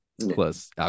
Plus